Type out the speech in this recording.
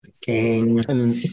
King